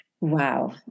Wow